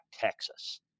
Texas